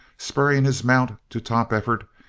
spurring his mount to top effort,